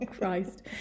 Christ